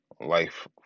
life